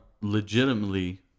legitimately